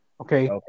Okay